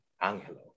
Angelo